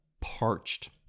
parched